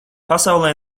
pasaulē